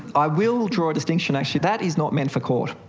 i will draw a distinction actually, that is not meant for court,